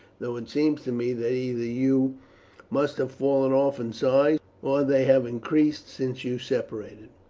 though it seems to me that either you must have fallen off in size, or they have increased since you separated.